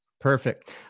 Perfect